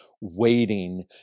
waiting